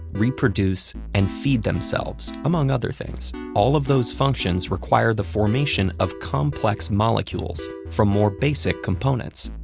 reproduce, and feed themselves, among other things. all of those functions require the formation of complex molecules from more basic components.